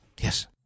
yes